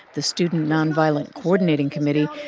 the student nonviolent coordinating committee,